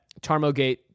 Tarmogate